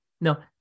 no